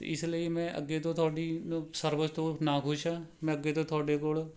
ਇਸ ਲਈ ਮੈਂ ਅੱਗੇ ਤੋਂ ਤੁਹਾਡੀ ਸਰਵਿਸ ਤੋਂ ਨਾ ਖੁਸ਼ ਹਾਂ ਮੈਂ ਅੱਗੇ ਤੋਂ ਤੁਹਾਡੇ ਕੋਲ